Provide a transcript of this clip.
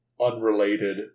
unrelated